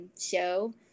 show